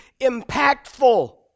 impactful